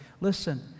Listen